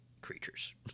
creatures